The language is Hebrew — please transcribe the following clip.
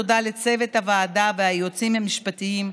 תודה לצוות הוועדה והיועצים המשפטיים,